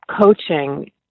coaching